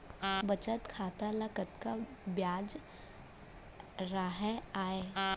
बचत खाता ल कतका ब्याज राहय आय?